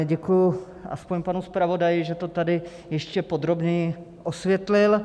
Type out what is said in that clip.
Děkuji aspoň panu zpravodaji, že to tady ještě podrobněji osvětlil.